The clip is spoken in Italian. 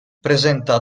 presenta